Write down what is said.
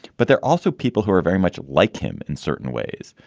but they're also people who are very much like him in certain ways.